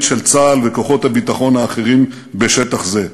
של צה"ל וכוחות הביטחון האחרים בשטח זה.